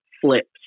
flips